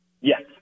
Yes